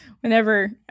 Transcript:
whenever